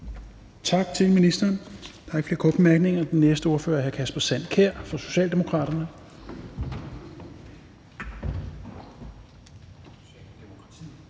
Tak til ministeren. Der er ikke flere korte bemærkninger. Den næste ordfører er hr. Kasper Sand Kjær fra Socialdemokratiet.